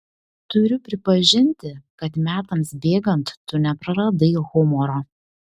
turiu pripažinti kad metams bėgant tu nepraradai humoro